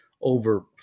over